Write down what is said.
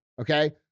okay